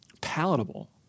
palatable